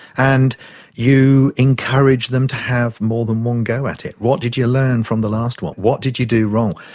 and you encourage them to have more than one go at it. what did you learn from the last one? what did you do wrong?